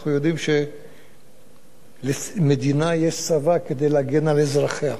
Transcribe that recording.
אנחנו יודעים שלמדינה יש צבא כדי להגן על אזרחיה.